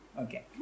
Okay